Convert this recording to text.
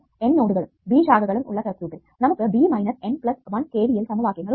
N നോഡും B ശാഖകളും ഉള്ള സർക്യൂട്ടിൽ നമുക്ക് B minus N plus 1 KVL സമവാക്യങ്ങൾ ഉണ്ട്